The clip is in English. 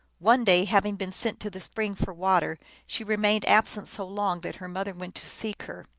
one day, having been sent to the spring for water, she remained absent so long that her mother went to seek her.